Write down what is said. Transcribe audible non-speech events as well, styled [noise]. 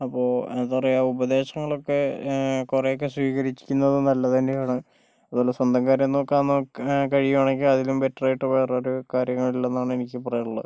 അപ്പോൾ എന്താ പറയുക ഉപദേശങ്ങൾ ഒക്കെ കുറേയൊക്കെ സ്വീകരിക്കുന്നത് നല്ലത് തന്നെയാണ് അതല്ല സ്വന്തം കാര്യം നോക്കാൻ [unintelligible] കഴിയുകയാണെങ്കിൽ അതിലും ബെറ്ററായിട്ട് വേറൊരു കാര്യവും ഇല്ല എന്നാണ് എനിക്ക് പറയാനുള്ളത്